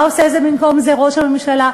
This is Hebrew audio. מה עושה במקום זה ראש הממשלה?